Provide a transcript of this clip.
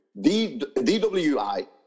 DWI